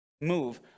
move